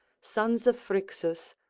sons of phrixus,